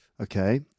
Okay